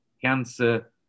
cancer